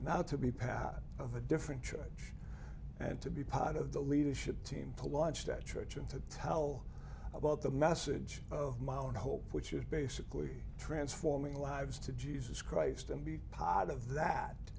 now to be pad of a different judge and to be part of the leadership team to launch that church and to tell about the message of my own hope which is basically transforming lives to jesus christ and be a pot of that